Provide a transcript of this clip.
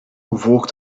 walked